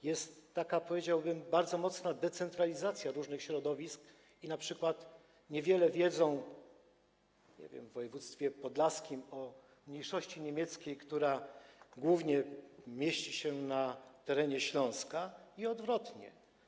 Jest taka, powiedziałbym, bardzo mocna decentralizacja różnych środowisk, np. niewiele wiedzą, nie wiem, w województwie podlaskim o mniejszości niemieckiej, która głównie jest na terenie Śląska, i odwrotnie.